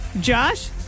josh